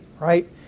right